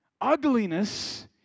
ugliness